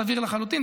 סביר לחלוטין,